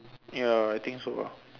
ya I think so ah